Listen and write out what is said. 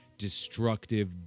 destructive